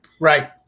Right